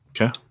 Okay